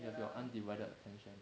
have your undivided attention